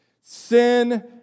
Sin